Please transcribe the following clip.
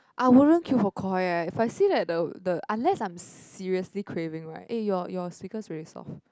I wouldn't queue for Koi eh if I see that the the unless I'm seriously craving right eh your your speakers really soft